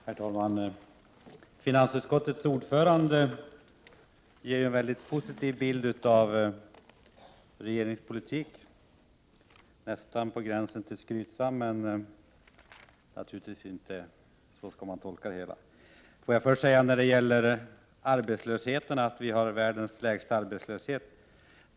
Herr talman! Finansutskottets ordförande ger en mycket positiv bild av regeringspolitiken, nästan på gränsen till skrytsam — men det är naturligtvis inte så man skall tolka det hela. Vi har världens lägsta arbetslöshet, säger Arne Gadd.